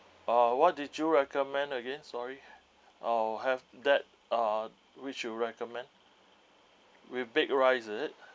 uh what did you recommend again sorry oh have that uh which you recommend with baked rice it